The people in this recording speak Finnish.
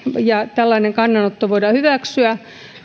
ja tällainen kannanotto voidaan hyväksyä